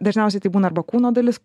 dažniausiai tai būna arba kūno dalis